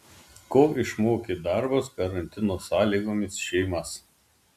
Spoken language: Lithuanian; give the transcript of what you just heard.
ko išmokė darbas karantino sąlygomis šeimas